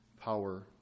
power